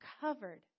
covered